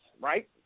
right